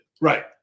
Right